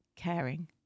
Caring